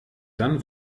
dann